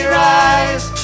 rise